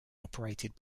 operated